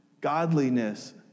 Godliness